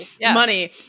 money